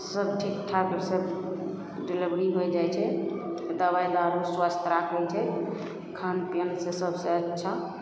सब ठीकठाकसे सब डिलिवरी होइ जाए छै दवाइ दारू स्वस्थ राखै छै खान पिअन से सब छै अच्छा